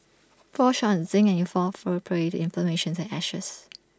fall short on zinc and you'll fall for prey to inflammation and ashes